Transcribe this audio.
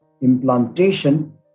implantation